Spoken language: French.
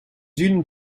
unes